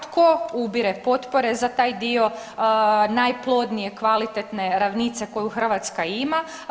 Tko ubire potpore za taj dio najplodnije kvalitetne ravnice koju Hrvatska ima?